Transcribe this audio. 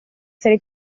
serie